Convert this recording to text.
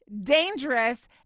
dangerous